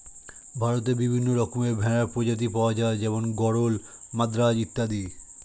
ভারতে বিভিন্ন রকমের ভেড়ার প্রজাতি পাওয়া যায় যেমন গরল, মাদ্রাজ অত্যাদি